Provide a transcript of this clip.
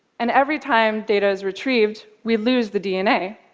and every time data is retrieved, we lose the dna.